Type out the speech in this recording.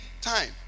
time